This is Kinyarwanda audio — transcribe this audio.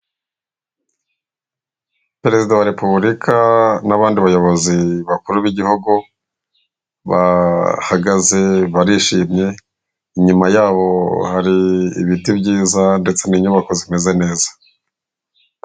Perezida wa repubulika n'abandi bayobozi bakuru b'igihugu, bahagaze barishimye, inyuma yabo hari ibiti byiza ndetse n'inyubako zimeze neza.